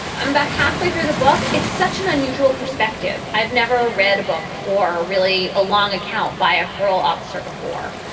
i'm about halfway through the book. it's such an unusual perspective. i've never read a book or really a long account by a parole officer before.